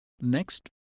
Next